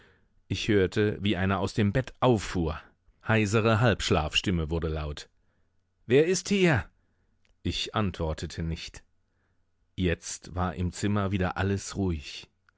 ich hörte wie einer aus dem bett auffuhr heisere halbschlafstimme wurde laut wer ist hier ich antwortete nicht jetzt war im zimmer wieder alles ruhig